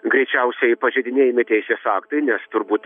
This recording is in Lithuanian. greičiausiai pažeidinėjami teisės aktai nes turbūt